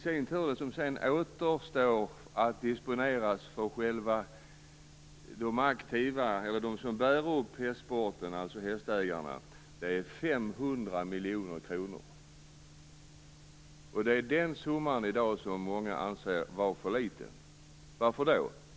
Det som återstår att disponera för de aktiva, de som bär upp hästsporten, alltså hästägarna, är 500 miljoner kronor, och det är den summan som många i dag anser vara för liten. Varför då?